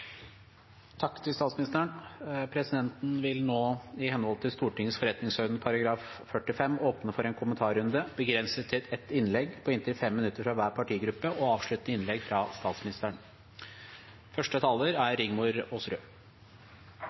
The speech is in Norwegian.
Presidenten vil nå, i henhold til Stortingets forretningsorden § 45, åpne for en kommentarrunde begrenset til ett innlegg på inntil 5 minutter fra hver partigruppe og et avsluttende innlegg fra statsministeren.